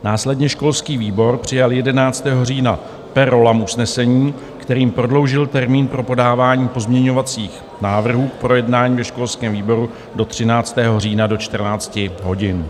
Následně školský výbor přijal 11. října per rollam usnesení, kterým prodloužil termín pro podávání pozměňovacích návrhů k projednání ve školském výboru do 13. října do 14 hodin.